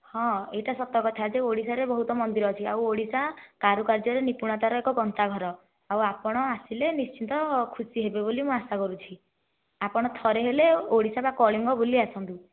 ହଁ ଏହିଟା ସତକଥା ଯେ ଓଡ଼ିଶାରେ ବହୁତ ମନ୍ଦିର ଅଛି ଆଉ ଓଡ଼ିଶା କାରୁକାର୍ଯ୍ୟରେ ନିପୁଣତାର ଏକ ଗନ୍ତାଘର ଆଉ ଆପଣ ଆସିଲେ ନିଶ୍ଚିନ୍ତ ଖୁସି ହେବେ ବୋଲି ମୁଁ ଆଶା କରୁଛି ଆପଣ ଥରେ ହେଲେ ଓଡ଼ିଶା ବା କଳିଙ୍ଗ ବୁଲି ଆସନ୍ତୁ